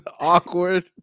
Awkward